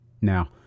Now